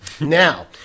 Now